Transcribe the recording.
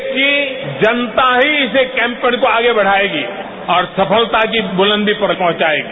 देश की जनता ही इस कैंपेन को आगे बढ़ायेगी और सफलता की बुलंदी पर पहंचायेगी